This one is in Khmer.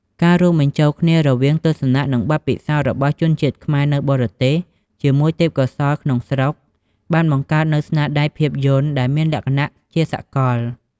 ការរួមបញ្ចូលគ្នារវាងទស្សនៈ និងបទពិសោធន៍របស់ជនជាតិខ្មែរនៅបរទេសជាមួយទេពកោសល្យក្នុងស្រុក បានបង្កើតនូវស្នាដៃភាពយន្តដែលមានលក្ខណៈជាសកល។